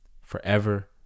forever